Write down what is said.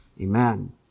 Amen